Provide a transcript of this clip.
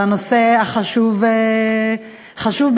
על הנושא החשוב ביותר,